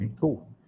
Cool